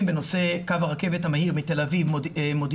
בנושא קו הרכבת המהיר מתל אביב-מודיעין-ירושלים,